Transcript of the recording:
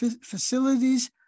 facilities